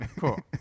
cool